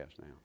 now